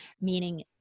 meaning